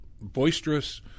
boisterous